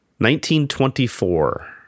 1924